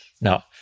Now